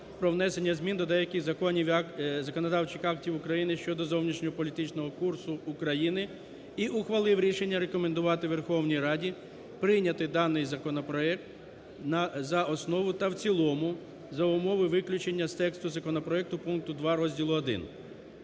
про внесення змін до деяких законодавчих актів України (щодо зовнішньополітичного курсу України) і ухвалив рішення рекомендувати Верховній Раді прийняти даний законопроект за основну та в цілому, за умови виключення з тексту законопроекту пункту 2 розділу I.